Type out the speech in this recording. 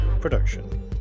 production